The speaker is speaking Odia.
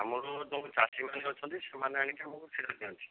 ଆମର ଯେଉଁ ଚାଷୀ ଭାଇ ଅଛନ୍ତି ସେମାନେ ଆଣିକି ଆମକୁ କ୍ଷୀର ଦିଅନ୍ତି